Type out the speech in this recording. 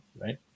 right